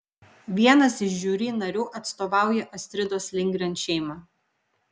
vienas iš žiuri narių atstovauja astridos lindgren šeimą